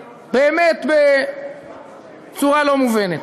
באמת, בצורה לא מובנת,